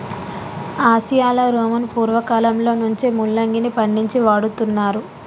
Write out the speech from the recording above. ఆసియాలో రోమను పూర్వకాలంలో నుంచే ముల్లంగిని పండించి వాడుతున్నారు